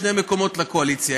שני מקומות לקואליציה.